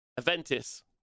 Aventis